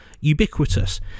ubiquitous